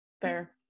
Fair